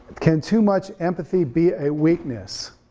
can too much empathy be a weakness?